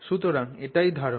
সুতরাং এটাই ধারণা